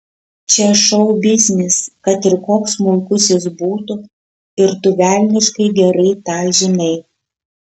čia šou biznis kad ir koks smulkus jis būtų ir tu velniškai gerai tą žinai